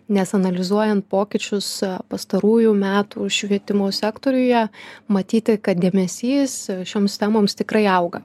nes analizuojant pokyčius pastarųjų metų švietimo sektoriuje matyti kad dėmesys šioms temoms tikrai auga